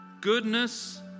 Goodness